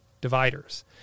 dividers